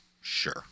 Sure